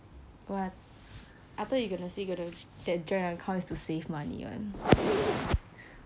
what I thought you gonna say gonna that joint account is to save money [one]